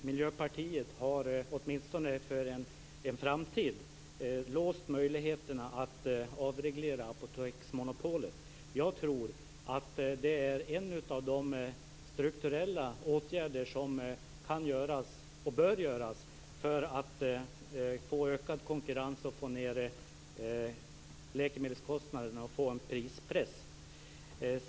Fru talman! Jag beklagar att Miljöpartiet har låst möjligheterna att i framtiden avreglera apoteksmonopolet. Det är en av de strukturella åtgärder som både kan och bör göras för att få ökad konkurrens och lägre läkemedelskostnader, dvs. prispress.